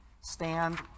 stand